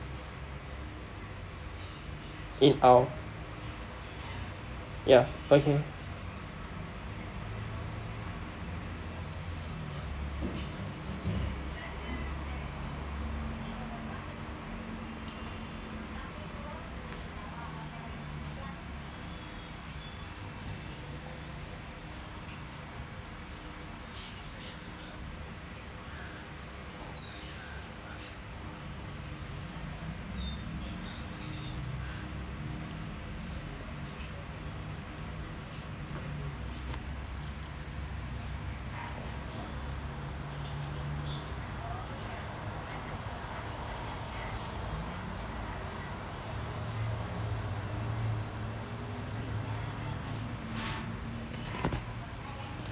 in our ya okay